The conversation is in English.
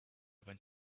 went